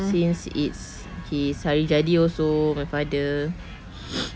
since it's his hari jadi also my father